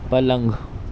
پلنگ